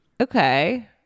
Okay